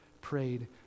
prayed